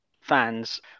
fans